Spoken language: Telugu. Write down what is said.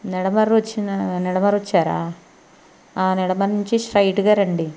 నిడమర్రు వచ్చిన నిడమర్రు వచ్చారా ఆ నిడమంచి స్ట్రైట్గా రండి